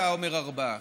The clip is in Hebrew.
אתה אומר ארבעה.